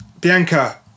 Bianca